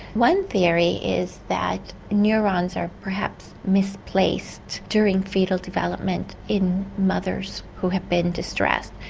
one theory is that neurons are perhaps misplaced during foetal development in mothers who have been distressed,